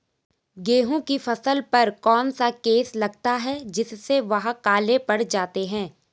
गेहूँ की फसल पर कौन सा केस लगता है जिससे वह काले पड़ जाते हैं?